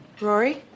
Rory